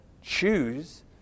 choose